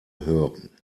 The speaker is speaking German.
hören